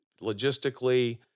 logistically